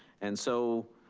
and so,